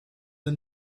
the